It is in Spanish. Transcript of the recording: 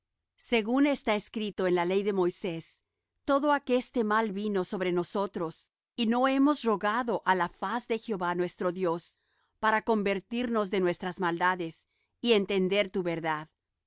según está escrito en la ley de moisés todo aqueste mal vino sobre nosotros y no hemos rogado á la faz de jehová nuestro dios para convertirnos de nuestras maldades y entender tu verdad